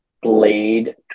Blade